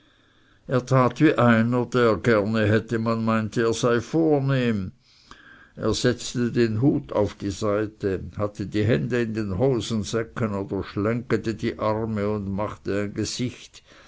einer der gerne hätte man meine er sei vornehm er setzte den hut auf die seite hatte die hände in den hosensäcken oder schlenggete die arme und machte ein gesicht